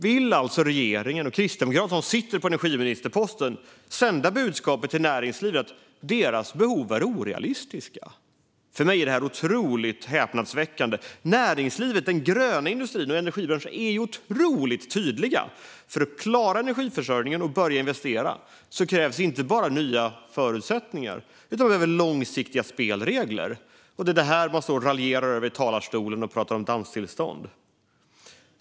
Vill regeringen och Kristdemokraternas energiminister sända budskapet till näringslivet att dess behov är orealistiskt? För mig är detta häpnadsväckande. Näringslivet, den gröna industrin och energibranschen är otroligt tydliga med att för att klara energiförsörjningen och börja investera krävs inte bara nya förutsättningar utan långsiktiga spelregler. Men detta raljerar Kristdemokraterna om i talarstolen och pratar om danstillstånd.